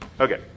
Okay